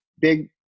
Big